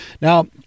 Now